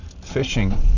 fishing